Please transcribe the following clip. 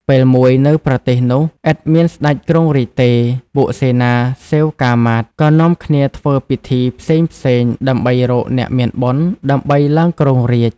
ពេលមួយនៅប្រទេសនោះឥតមានស្ដេចគ្រងរាជ្យទេ ពួកសេនាសេវកាមាត្រ ក៏នាំគ្នាធ្វើពិធីផ្សេងៗ ដើម្បីរកអ្នកមានបុណ្យ ដើម្បីឡើងគ្រងរាជ្យ។